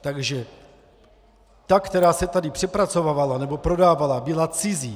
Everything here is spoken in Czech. Takže ta, která se tady přepracovávala nebo prodávala, byla cizí.